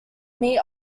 meet